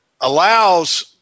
allows